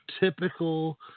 typical